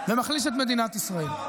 ומחליש את מדינת ישראל.